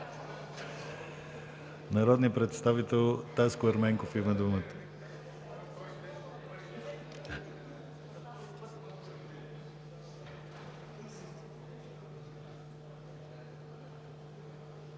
Народният представител Таско Ерменков има думата.